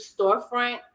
storefront